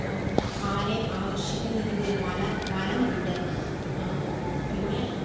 ആരെയും ആകർഷിക്കുന്ന രീതിയിൽ വനം വനമുണ്ട് പിന്നെ